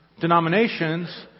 denominations